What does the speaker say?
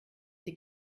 sie